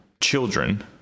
children